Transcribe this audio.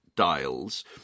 Dials